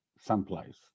someplace